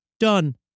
done